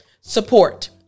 support